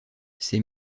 ces